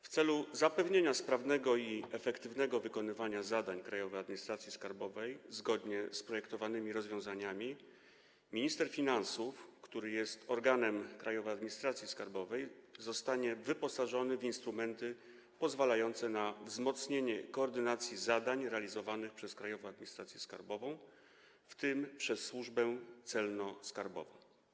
W celu zapewnienia sprawnego i efektywnego wykonywania zadań Krajowej Administracji Skarbowej zgodnie z projektowanymi rozwiązaniami minister finansów, który jest organem Krajowej Administracji Skarbowej, zostanie wyposażony w instrumenty pozwalające na wzmocnienie koordynacji zadań realizowanych przez Krajową Administrację Skarbową, w tym przez Służbę Celno-Skarbową.